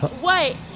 Wait